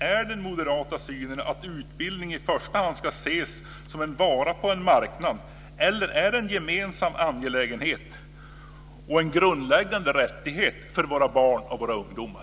Är den moderata synen att utbildning i första hand ska ses som en vara på en marknad, eller är den en gemensam angelägenhet och grundläggande rättighet för våra barn och ungdomar?